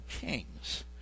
kings